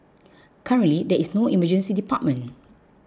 currently there is no Emergency Department